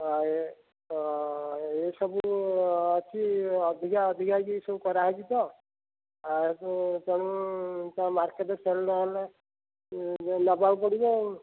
ହଁ ଇଏ ତ ଏସବୁ ଅଛି ଅଧିକା ଅଧିକା କି ସବୁ କରାହେଇଛି ତ ଏଠୁ ତେଣୁ ତ ମାର୍କେଟ୍ରେ ସେଲ୍ ନହେଲେ ଇଏ ନେବାକୁ ପଡ଼ିବ ଆଉ